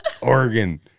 Oregon